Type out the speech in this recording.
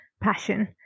passion